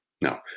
No